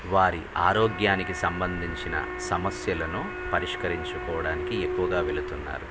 వారి ఆరోగ్యానికి సంబంధించిన సమస్యలను పరిష్కరించుకోవడానికి ఎక్కువగా వెలుతున్నారు